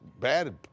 bad